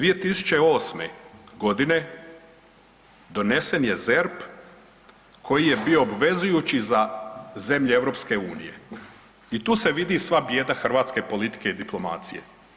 2008.g. donesen je ZERP koji je bio obvezujući za zemlje EU i tu se vidi sva bijeda hrvatske politike i diplomacije.